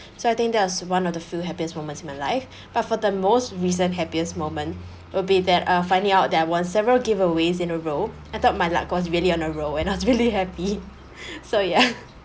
so I think that was one of the few happiest moments in my life but for the most recent happiest moment will be that uh finding out that I won several giveaways in a row I thought my luck was really on a row and I was really happy so ya